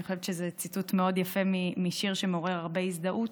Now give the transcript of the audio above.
אני חושבת שזה ציטוט מאוד יפה משיר שמעורר הרבה הזדהות: